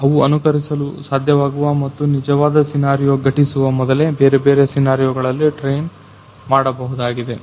ಅವು ಅನುಕರಿಸಲು ಸಾಧ್ಯವಾಗುವ ಮತ್ತು ನಿಜವಾದ ಸಿನಾರಿಯೋ ಘಟಿಸುವ ಮೊದಲೇ ಬೇರೆ ಬೇರೆ ಸಿನಾರಿಯೋಗಳಲ್ಲಿ ಟ್ರೇನ್ ಮಾಡಬಹುದಾಗಿದೆ